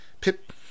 Pip